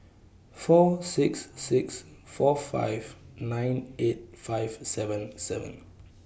four six six four five nine eight five seven seven